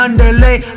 Underlay